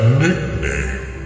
nickname